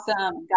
awesome